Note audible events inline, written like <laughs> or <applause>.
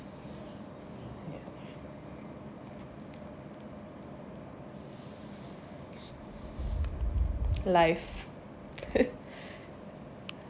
life <laughs>